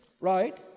right